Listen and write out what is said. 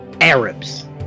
Arabs